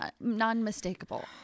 non-mistakable